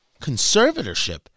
conservatorship